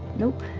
nope.